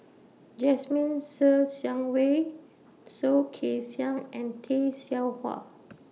Jasmine Ser Xiang Wei Soh Kay Siang and Tay Seow Huah